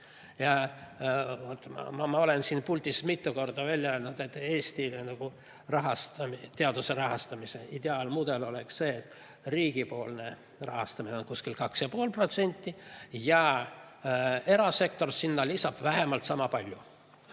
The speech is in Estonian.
Ja ma olen siin puldis mitu korda välja öelnud, et Eesti teaduse rahastamise ideaalmudel oleks see, kui riigipoolne rahastamine on kuskil 2,5% [SKP-st] ja erasektor sinna lisab vähemalt sama palju.